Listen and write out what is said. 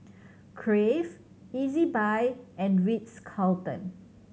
Crave Ezbuy and Ritz Carlton